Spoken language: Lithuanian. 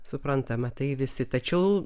suprantama tai visi tačiau